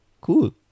Cool